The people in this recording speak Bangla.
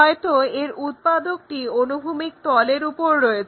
হয়তো এর উৎপাদকটি অনুভূমিক তলের উপর রয়েছে